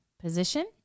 position